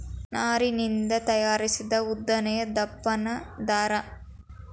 ನಾರಿನಿಂದ ತಯಾರಿಸಿದ ಉದ್ದನೆಯ ದಪ್ಪನ ದಾರಾ